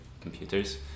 computers